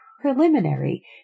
Preliminary